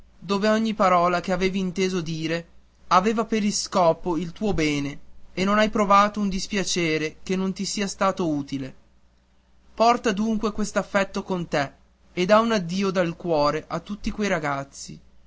dove ogni parola che hai inteso dire aveva per iscopo il tuo bene e non hai provato un dispiacere che non ti sia stato utile porta dunque quest'affetto con te e dà un addio dal cuore a tutti quei ragazzi